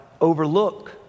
overlook